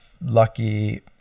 lucky